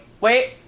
Wait